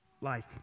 life